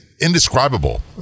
indescribable